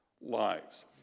lives